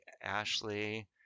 ashley